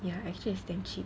ya actually is damn cheap